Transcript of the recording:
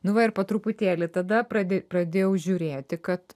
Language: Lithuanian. nu va ir po truputėlį tada pradė pradėjau žiūrėti kad